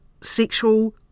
sexual